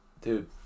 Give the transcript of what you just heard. Dude